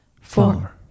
four